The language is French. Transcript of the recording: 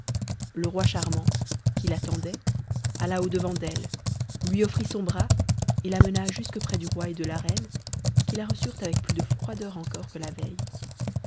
le roi charmant qui l'attendait alla au-devant d'elle lui offrit son bras et la mena jusque près du roi et de la reine qui la reçurent avec plus de froideur encore que la veille